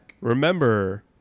Remember